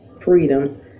freedom